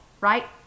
right